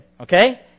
okay